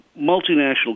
multinational